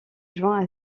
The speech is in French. juin